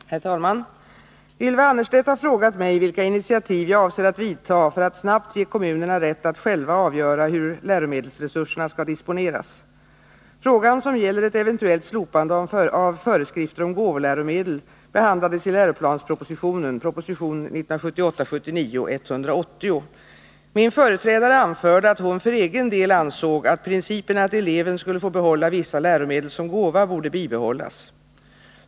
Herr talman! Ylva Annerstedt har frågat mig vilka initiativ jag avser att vidta för att snabbt ge kommunerna rätt att själva avgöra hur läromedelsresurserna skall disponeras. Frågan, som gäller ett eventuellt slopande av föreskrifter om gåvoläromedel, behandlades i läroplanspropositionen . Min företrädare anförde att hon för egen del ansåg att principen att eleven skall få behålla vissa läromedel som gåva borde bibehållas.